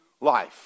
life